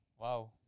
wow